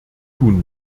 tun